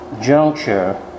juncture